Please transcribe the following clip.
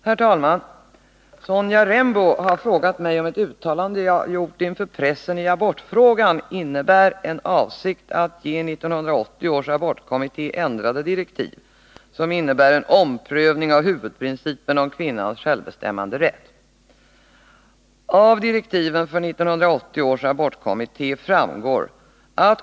Herr talman! Sonja Rembo har frågat mig om ett uttalande jag gjort inför pressen i abortfrågan innebär en avsikt att ge 1980 års abortkommitté ändrade direktiv, som innebär en omprövning av huvudprincipen om kvinnans självbestämmanderätt.